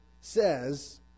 says